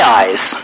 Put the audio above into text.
eyes